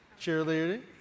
Cheerleading